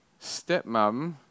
stepmom